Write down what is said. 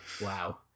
wow